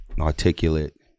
articulate